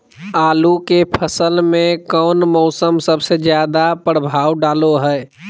आलू के फसल में कौन मौसम सबसे ज्यादा प्रभाव डालो हय?